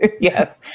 yes